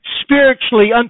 spiritually